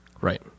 Right